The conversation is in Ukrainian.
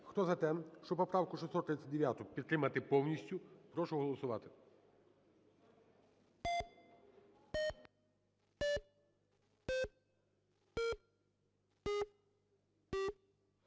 Хто за те, щоб поправку 639 підтримати повністю. Прошу голосувати.